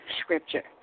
scripture